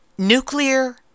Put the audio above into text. Nuclear